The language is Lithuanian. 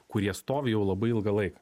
kurie stovi jau labai ilgą laiką